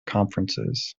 conferences